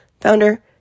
founder